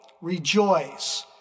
rejoice